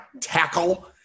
tackle